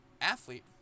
athlete